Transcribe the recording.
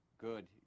good